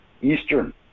Eastern